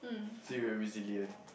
see your resilient